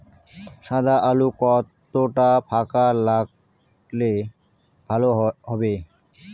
সাদা আলু কতটা ফাকা লাগলে ভালো হবে?